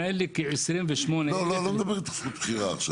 לא מדבר זכות בחירה עכשיו.